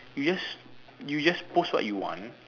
you just you just post what you want